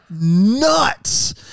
nuts